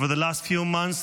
Over the last few months,